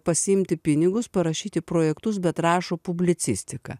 pasiimti pinigus parašyti projektus bet rašo publicistika